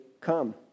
come